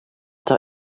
that